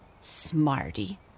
smarty